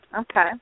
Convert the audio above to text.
Okay